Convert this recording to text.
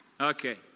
Okay